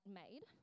made